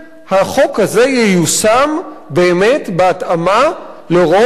החוק הזה ייושם באמת בהתאמה להוראות האמנה